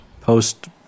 post